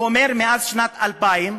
הוא אומר: מאז שנת 2000,